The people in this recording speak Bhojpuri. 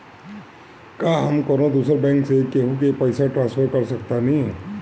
का हम कौनो दूसर बैंक से केहू के पैसा ट्रांसफर कर सकतानी?